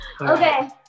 Okay